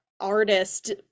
artist